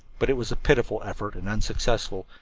but it was a pitiful effort, and unsuccessful,